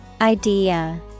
Idea